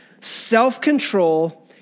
self-control